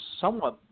somewhat